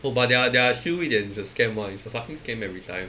oh but their their 修一点 is a scam one it's a fucking scam everytime